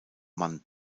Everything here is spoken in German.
mann